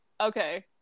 okay